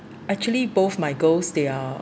actually both my girls they are